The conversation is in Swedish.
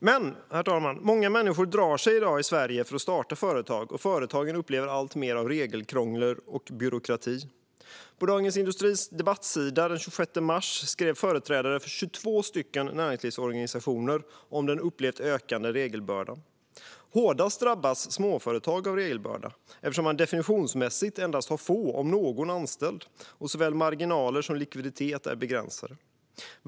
Men, herr talman, många människor i Sverige drar sig för att starta företag i dag, och företagen upplever alltmer av regelkrångel och byråkrati. På Dagens industris debattsida den 26 mars skrev företrädare för 22 näringslivsorganisationer om den upplevt ökande regelbördan. Hårdast drabbas småföretagen av regelbördan eftersom de definitionsmässigt har få eller inga anställda och såväl marginaler som likviditet är begränsade.